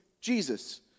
Jesus